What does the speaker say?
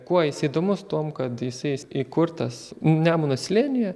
kuo jis įdomus tuom kad jisai s įkurtas nemuno slėnyje